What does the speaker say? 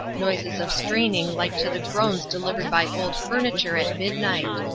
noises of straining like to the groans delivered by old furniture at midnight.